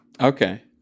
Okay